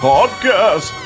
Podcast